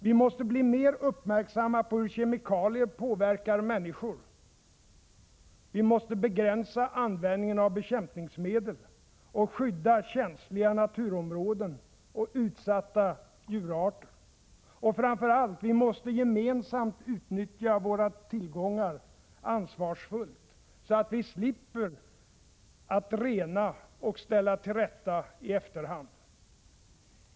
Vi måste bli mer uppmärksamma på hur kemikalier påverkar människor, vi måste begränsa användningen av bekämpningsmedel och skydda känsliga naturområden och utsatta djurarter. Och framför allt — vi måste utnyttja våra gemensamma tillgångar ansvarsfullt, så att vi slipper rena och ställa till rätta i efterhand.